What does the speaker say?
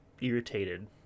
irritated